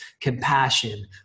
compassion